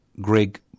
Greg